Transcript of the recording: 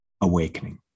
AWAKENING